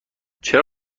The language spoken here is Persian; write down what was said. چرا